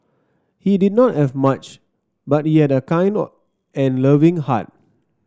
he did not have much but he had a kind and loving heart